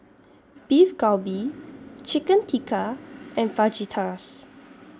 Beef Galbi Chicken Tikka and Fajitas